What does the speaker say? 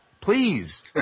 please